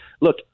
Look